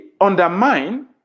undermine